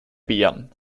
bären